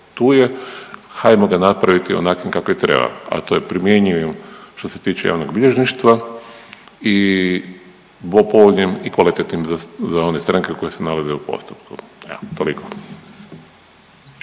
tu je. Hajmo ga napraviti onakvim kakvim treba, a to je primjenjivim što se tiče javnog bilježništva i povoljnim i kvalitetnim za one stranke koje se nalaze u postupku. Evo toliko.